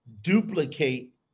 duplicate